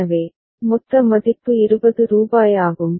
எனவே மொத்த மதிப்பு ரூபாய் 20 ஆகும்